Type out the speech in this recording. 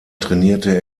trainierte